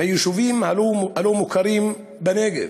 ביישובים הלא-מוכרים בנגב,